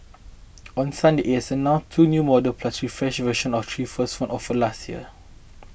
on Sunday it's announced two new models plus refreshed version of three first offered last year